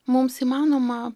mums įmanoma